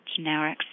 generics